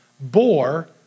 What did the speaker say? bore